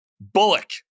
Bullock